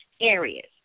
areas